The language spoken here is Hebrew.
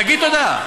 תגיד תודה.